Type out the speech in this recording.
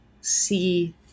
see